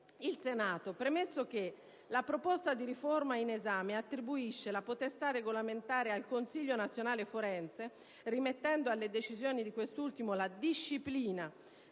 Il Senato, premesso che: la proposta di riforma in esame attribuisce la potestà regolamentare al Consiglio nazionale forense (CNF), rimettendo alle decisioni di quest'ultimo la disciplina